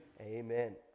Amen